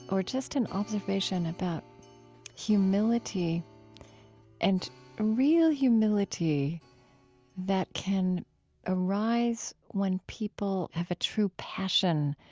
or just an observation about humility and real humility that can arise when people have a true passion